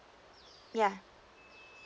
yeah